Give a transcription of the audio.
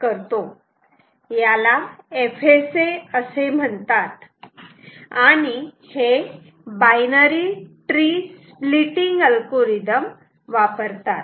यालाच FSA असे म्हणतात आणि हे बाइनरी ट्री स्प्लिटिंग अल्गोरिथम वापरतात